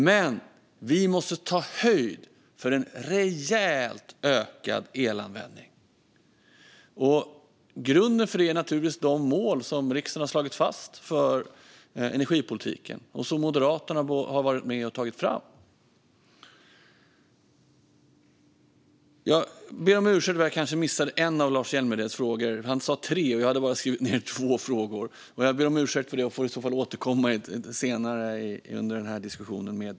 Men vi måste ta höjd för en rejält ökad elanvändning. Grunden för det är naturligtvis de mål som riksdagen har slagit fast för energipolitiken och som Moderaterna har varit med om att ta fram. Jag ber om ursäkt om jag kanske missade en av Lars Hjälmereds frågor. Han sa att det var tre, men jag har bara skrivit ned två frågor. Jag ber om ursäkt för det och får i så fall återkomma senare i diskussionen.